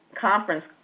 conference